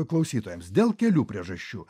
klausytojams dėl kelių priežasčių